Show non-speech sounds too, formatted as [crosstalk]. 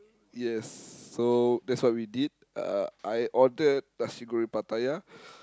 yes so that's what we did uh I ordered nasi-goreng-Pattaya [breath]